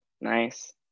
nice